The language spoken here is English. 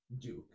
duke